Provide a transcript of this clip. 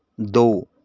ਦੋ